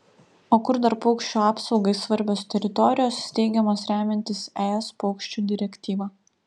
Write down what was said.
o kur dar paukščių apsaugai svarbios teritorijos steigiamos remiantis es paukščių direktyva